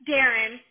Darren